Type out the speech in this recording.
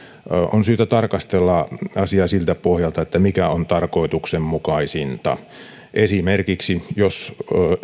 on syytä tarkastella asiaa siltä pohjalta että mikä on tarkoituksenmukaisinta jos esimerkiksi